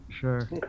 sure